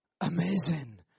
amazing